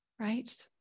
right